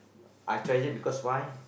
I treasure because why